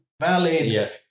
valid